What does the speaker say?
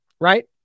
right